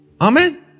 Amen